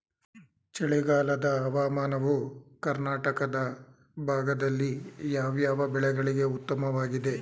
ಚಳಿಗಾಲದ ಹವಾಮಾನವು ಕರ್ನಾಟಕದ ಭಾಗದಲ್ಲಿ ಯಾವ್ಯಾವ ಬೆಳೆಗಳಿಗೆ ಉತ್ತಮವಾಗಿದೆ?